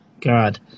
God